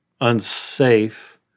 unsafe